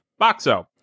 Boxo